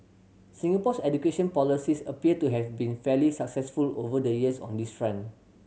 Singapore's education policies appear to have been fairly successful over the years on this rant